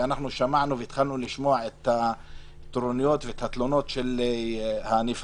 כשהתחלנו לשמוע את הטרוניות ואת התלונות של הנבחנים,